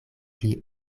pli